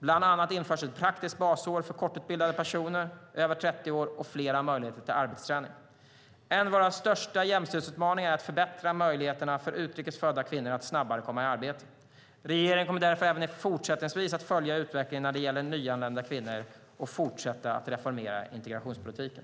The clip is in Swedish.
Bland annat införs ett praktiskt basår för kortutbildade personer över 30 år och flera möjligheter till arbetsträning. En av våra största jämställdhetsutmaningar är att förbättra möjligheterna för utrikes födda kvinnor att snabbare komma i arbete. Regeringen kommer därför även fortsättningsvis att följa utvecklingen när det gäller nyanlända kvinnor och fortsätta att reformera integrationspolitiken.